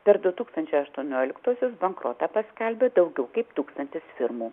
per du tūkstančiai aštuoniolktuosius bankrotą paskelbė daugiau kaip tūkstantis firmų